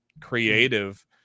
creative